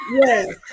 Yes